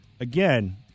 Again